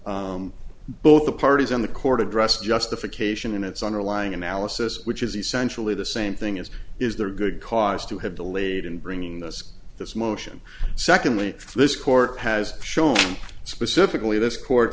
both the parties on the court address justification and its underlying analysis which is essentially the same thing as is there good cause to have delayed in bringing this this motion secondly this court has shown specifically this court